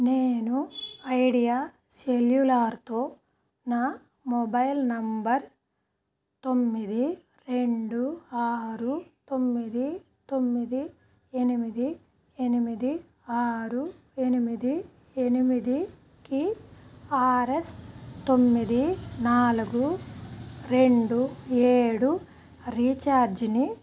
నేను ఐడియా సెల్యులార్తో నా మొబైల్ నంబర్ తొమ్మిది రెండు ఆరు తొమ్మిది తొమ్మిది ఎనిమిది ఎనిమిది ఆరు ఎనిమిది ఎనిమిదికి ఆర్ ఎస్ తొమ్మిది నాలుగు రెండు ఏడు రీఛార్జ్ని